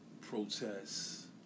protests